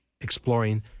exploring